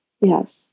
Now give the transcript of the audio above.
Yes